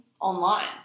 online